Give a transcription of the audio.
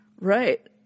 Right